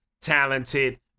talented